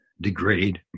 degrade